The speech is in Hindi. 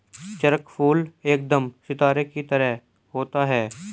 चक्रफूल एकदम सितारे की तरह होता है